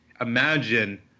imagine